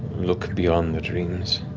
look beyond the dreams.